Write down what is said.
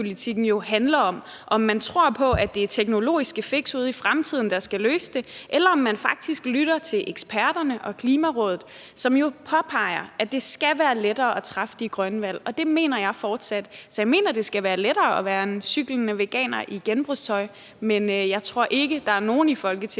jo handler om, altså om man tror på, at det er teknologiske fix ude i fremtiden, der skal løse det, eller om man faktisk lytter til eksperterne og Klimarådet, som jo påpeger, at det skal være lettere at træffe de grønne valg. Det mener jeg fortsat. Så jeg mener, at det skal være lettere at være en cyklende veganer i genbrugstøj, men jeg tror ikke, at der er nogen i Folketinget,